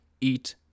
Eat